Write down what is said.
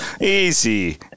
Easy